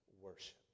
worship